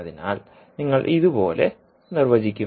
അതിനാൽ നിങ്ങൾ ഇത് പോലെ നിർവചിക്കും